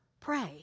pray